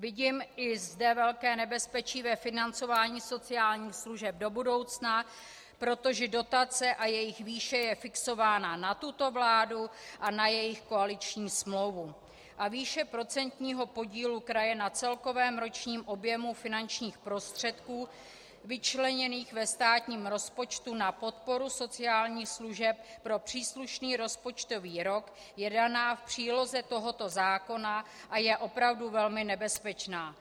Vidím i zde velké nebezpečí ve financování sociálních služeb do budoucna, protože dotace a jejich výše je fixována na tuto vládu a na jejich koaliční smlouvu, a výše procentního podílu kraje na celkovém ročním objemu finančních prostředků vyčleněných ve státním rozpočtu na podporu sociálních služeb pro příslušný rozpočtový rok je daná v příloze tohoto zákona a je opravdu velmi nebezpečná.